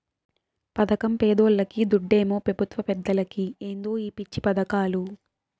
పదకం పేదోల్లకి, దుడ్డేమో పెబుత్వ పెద్దలకి ఏందో ఈ పిచ్చి పదకాలు